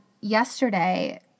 yesterday